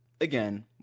Again